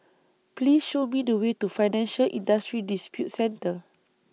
Please Show Me The Way to Financial Industry Disputes Center